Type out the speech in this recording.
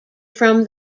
from